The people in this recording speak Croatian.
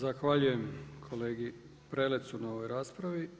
Zahvaljujem kolegi Prelecu na ovoj raspravi.